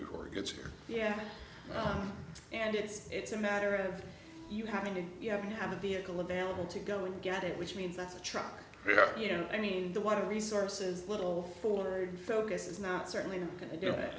before it gets here yeah and it's it's a matter of you having to have a vehicle available to go and get it which means that's a truck you know i mean the water resources little ford focus is not certainly going to do it